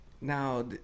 Now